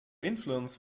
influence